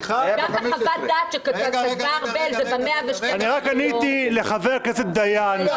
גם בחוות הדעת שכתבה ארבל וב-112 יום --- זה היה ב-15.